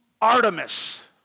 Artemis